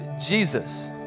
Jesus